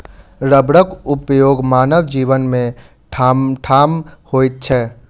रबरक उपयोग मानव जीवन मे ठामठाम होइत छै